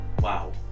wow